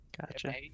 Gotcha